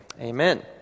Amen